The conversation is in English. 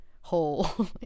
hole